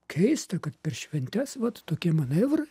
keista kad per šventes vat tokie manevrai